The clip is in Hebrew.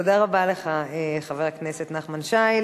תודה רבה לך, חבר הכנסת נחמן שי.